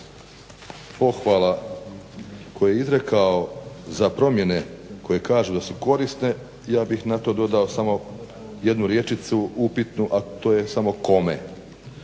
pohvala koje je izrekao za promjene koje kažu da su korisne, ja bih na to dodao samo jednu rječicu upitnu, a to je samo kome